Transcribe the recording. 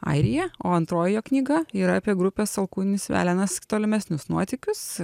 airiją o antroji jo knyga yra apie grupės alkūninis velenas tolimesnius nuotykius